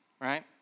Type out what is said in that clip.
right